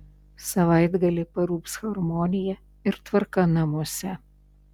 savaitgalį parūps harmonija ir tvarka namuose